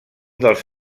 dels